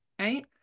Right